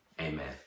amen